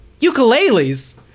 ukuleles